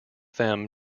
them